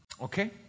Okay